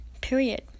Period